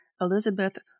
Elizabeth